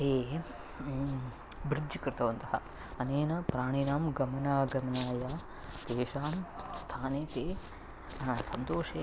ते ब्रिड्ज् कृतवन्तः अनेन प्राणिनां गमनागमनाय तेषां स्थाने ते सन्तोषेन